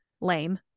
lame